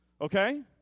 Okay